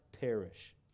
perish